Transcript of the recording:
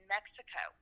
Mexico